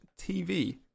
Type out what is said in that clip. TV